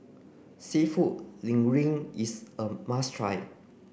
Seafood Linguine is a must try